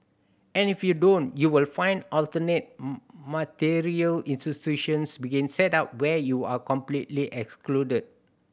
and if you don't you will find alternate multilateral institutions being set up where you are completely excluded